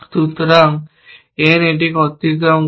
সুতরাং N এটিকে অতিক্রম করে